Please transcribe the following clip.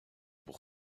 pour